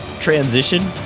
transition